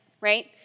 right